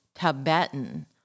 Tibetan